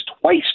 twice